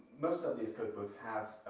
most of these cookbooks have,